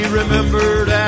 remembered